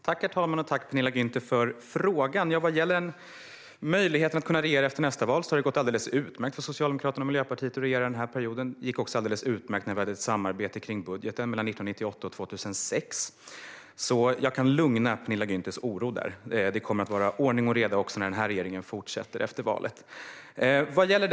Herr talman! Tack, Penilla Gunther, för frågan! Vad gäller möjligheten att kunna regera efter nästa val har det gått alldeles utmärkt för Socialdemokraterna och Miljöpartiet att regera under denna period. Det gick också alldeles utmärkt när vi hade ett budgetsamarbete mellan 1998 och 2006. Jag kan lugna Penilla Gunthers oro. Det kommer att vara ordning och reda när den här regeringen fortsätter att regera även efter valet.